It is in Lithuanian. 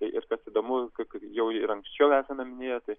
ir kas įdomu kaip jau ir anksčiau esame minėję tai